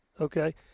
okay